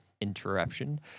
interruption